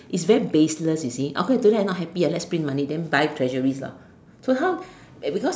is very baseless you see up to today I'm not happy I like sprint money then buy treasuries lah so how they because